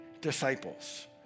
disciples